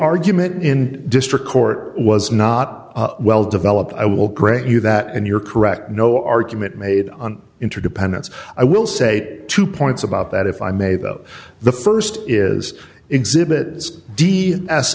argument in district court was not well developed i will grant you that and you're correct no argument made on interdependence i will say two points about that if i may though the st is exhibits d s